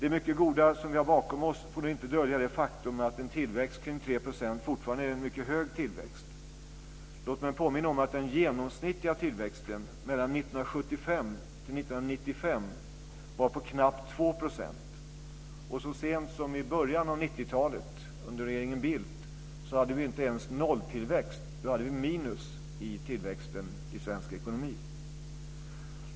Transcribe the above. Det mycket goda som vi har bakom oss får inte dölja det faktum att en tillväxt kring 3 % fortfarande är en mycket hög tillväxt. Låt mig påminna om att den genomsnittliga tillväxten 1975-1995 var knappt 2 %. Och så sent som i början av 90-talet, under regeringen Bildt, hade vi inte ens nolltillväxt.